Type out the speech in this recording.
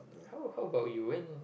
how how about you when